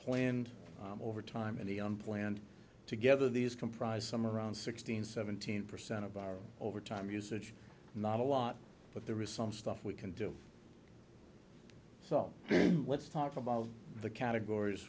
planned over time and the unplanned together these comprise some around sixteen seventeen percent of our overtime usage not a lot but there is some stuff we can do so let's talk about the categories